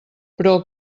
però